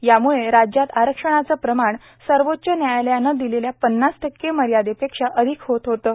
याम्ळे राज्यात आरक्षणाचं प्रमाण सर्वोच्च न्यायालयानं दिलेल्या पन्नास टक्के मर्यादेपेक्षा अधिक होत होतं